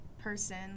person